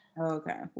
okay